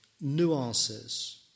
nuances